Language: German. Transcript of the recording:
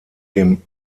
dem